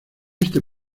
este